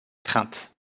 crainte